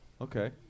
Okay